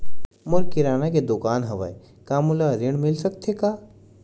मोर किराना के दुकान हवय का मोला ऋण मिल सकथे का?